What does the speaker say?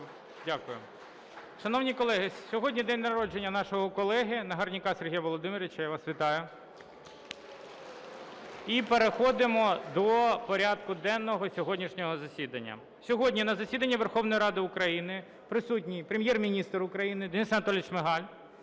Дякую. Шановні колеги, сьогодні день народження нашого колеги Нагорняка Сергія Володимировича. Я вас вітаю! (Оплески) І переходимо до порядку денного сьогоднішнього засідання. Сьогодні на засіданні Верховної Ради України присутній Прем'єр-міністр України Денис Анатолійович Шмигаль